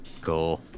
Cool